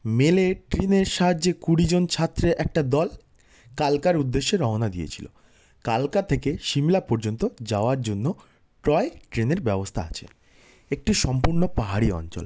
মেলে ট্রেনের সাহায্যে কুড়িজন ছাত্রের একটা দল কালকার উদেশ্যে রওনা দিয়েছিলো কালকা থেকে সিমলা পর্যন্ত যাওয়ার জন্য টয় ট্রেনের ব্যবস্থা আছে একটি সম্পূর্ণ পাহাড়ি অঞ্চল